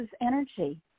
energy